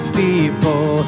people